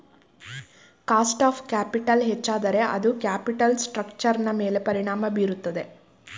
cost of capital ಹೆಚ್ಚಾದರೆ ಅದು capital ಸ್ಟ್ರಕ್ಚರ್ನ ಮೇಲೆ ಪರಿಣಾಮ ಬೀರುತ್ತದೆ